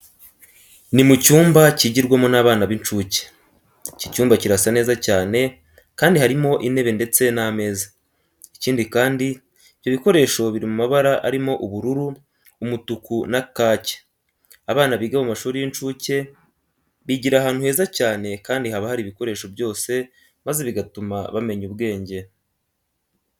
Ni mu cyumba kigirwamo n'abana b'incuke, iki cyumba kirasa neza cyane kandi harimo intebe ndetse n'ameza. Ikindi kandi, ibyo bikoresho biri mu mabara arimo ubururu, umutuku na kake. Abana biga mu mashuri y'incuke bigira ahantu heza cyane kandi haba hari ibikoresho byose maze bigatuma bamenya ubwenge.